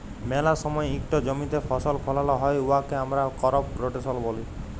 ম্যালা সময় ইকট জমিতে ফসল ফলাল হ্যয় উয়াকে আমরা করপ রটেশল ব্যলি